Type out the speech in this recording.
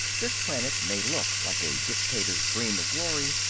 this planet may look like a dictator's dream of glory,